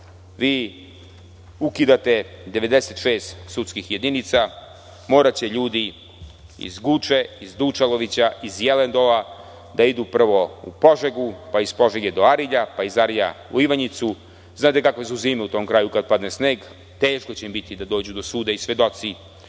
vi ukidate 96 sudskih jedinica, moraće ljudi iz Guče, iz Dučalovića, iz Jelen Dola, da idu prvo u Požegu pa iz Požege do Arilja, pa iz Arilja u Ivanjicu. Znate kakve su zime u tom kraju kada padne sneg, teško će im biti da dođu do suda i svedoci